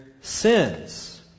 sins